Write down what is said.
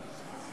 תודה רבה.